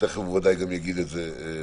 ותיכף הוא ודאי גם יגיד את זה בעצמו.